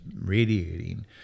radiating